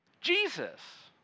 Jesus